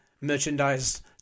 merchandise